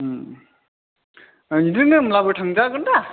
बिदिनो होमब्लाबो थांजागोन दा